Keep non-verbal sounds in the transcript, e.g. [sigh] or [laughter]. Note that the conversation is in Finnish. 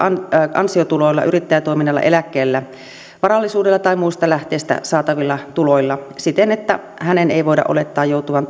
ansiotuloilla yrittäjätoiminnalla eläkkeellä varallisuudella tai muista lähteistä saatavilla tuloilla siten että hänen ei voida olettaa joutuvan [unintelligible]